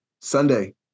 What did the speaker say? Sunday